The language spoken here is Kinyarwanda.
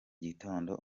gitondo